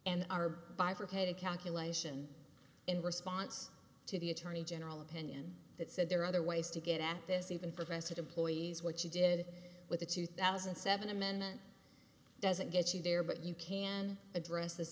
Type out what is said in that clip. and are bifurcated calculation in response to the attorney general opinion that said there are other ways to get at this even protested employees what you did with the two thousand and seven amendment doesn't get you there but you can address